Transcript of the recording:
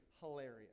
hilarious